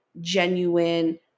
genuine